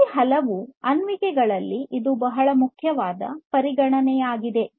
ಈ ಹಲವು ಅನ್ವಯಿಕೆಗಳಲ್ಲಿ ಇದು ಬಹಳ ಮುಖ್ಯವಾದ ಪರಿಗಣನೆಯಾಗಿದೆ